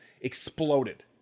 exploded